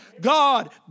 God